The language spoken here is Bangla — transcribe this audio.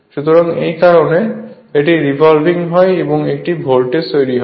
সুতরাং এই কারণে এটি রেভলভিং হয় এবং একটি ভোল্টেজ তৈরি হবে